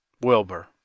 Wilbur